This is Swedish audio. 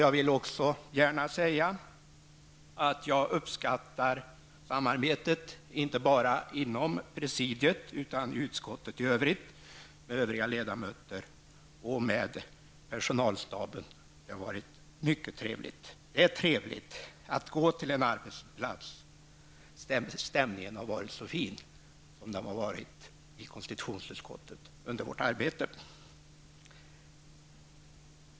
Jag vill gärna säga att jag har uppskattat samarbetet inte bara inom presidiet utan också i utskottet i övrigt med ledamöter och personalstaben. Det har varit mycket trevligt. Det är trevligt att gå till en arbetsplats där stämningen har varit så fin som den har varit i konstitutionsutskottet under vårt arbete.